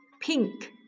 pink